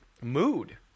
mood